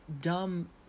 dumb